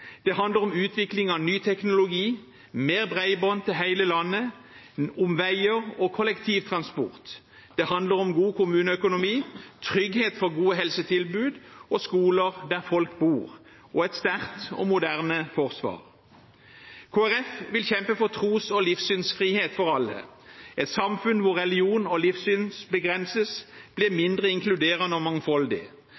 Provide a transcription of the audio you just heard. Det handler om utvikling av ny teknologi, mer bredbånd til hele landet, veier og kollektivtransport. Det handler om god kommuneøkonomi, trygghet for gode helsetilbud og skoler der folk bor, og et sterkt og moderne forsvar. Kristelig Folkeparti vil kjempe for tros- og livssynsfrihet for alle. Et samfunn hvor religion og livssyn begrenses, blir